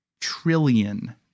trillion